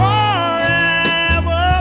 Forever